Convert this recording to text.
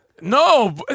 No